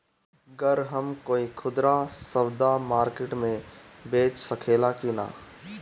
गर हम कोई खुदरा सवदा मारकेट मे बेच सखेला कि न?